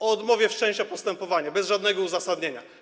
Odmowa wszczęcia postępowania, bez żadnego uzasadnienia.